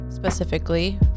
specifically